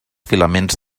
filaments